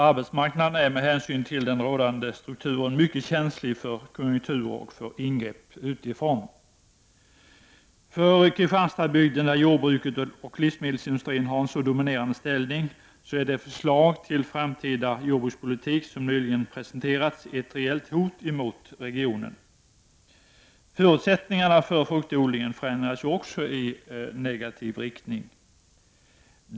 Arbetsmarknaden är med hänsyn till den rådande strukturen mycket känslig för konjunkturer och för ingrepp utifrån. För Kristianstadsbygden, där jordbruket och livsmedelsindustrin har en så dominerande ställning, är det förslag till framtida jordbrukspolitik som nyligen presenterats ett reellt hot mot regionen. Också förutsättningarna för fruktodlingen förändras i negativ riktning.